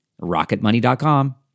RocketMoney.com